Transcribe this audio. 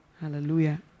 Hallelujah